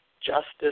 justice